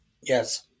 Yes